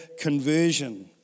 conversion